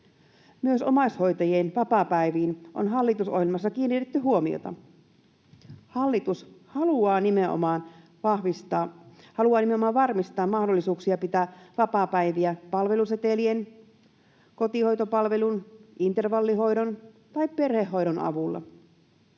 Myös omaishoitajien vapaapäiviin on hallitusohjelmassa kiinnitetty huomiota. Hallitus haluaa nimenomaan varmistaa mahdollisuuksia pitää vapaapäiviä palvelusetelien, kotihoitopalvelun, intervallihoidon tai perhehoidon avulla.